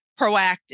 proactive